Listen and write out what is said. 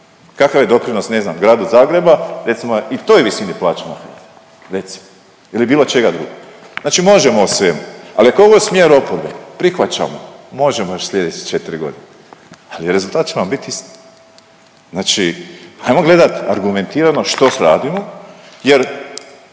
Kakav je doprinos ne znam grada Zagreba recimo i na toj visini plaća ili bilo čega drugoga. Znači možemo se, ali ako je ovo smjer oporbe prihvaćamo, možemo još slijedeće 4 godine ali rezultat će vam bit isti. Znači ajmo gledat argumentirano što radimo jer